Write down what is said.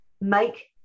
Make